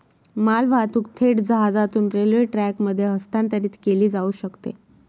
मालवाहतूक थेट जहाजातून रेल्वे ट्रकमध्ये हस्तांतरित केली जाऊ शकते